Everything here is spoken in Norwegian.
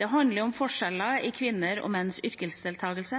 Det handler om forskjeller i kvinners og menns yrkesdeltakelse,